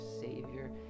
Savior